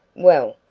well,